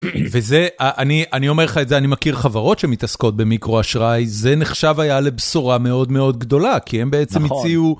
וזה אני אני אומר לך את זה אני מכיר חברות שמתעסקות במיקרו אשראי זה נחשב היה לבשורה מאוד מאוד גדולה כי הם בעצם הציעו - נכון.